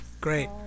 great